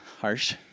harsh